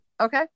okay